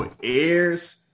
ears